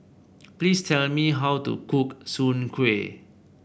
please tell me how to cook Soon Kway